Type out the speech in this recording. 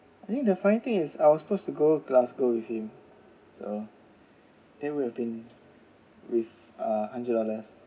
I think the funny thing is I was supposed to go glasgow with him so they would have been with a hundred dollars